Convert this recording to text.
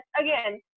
again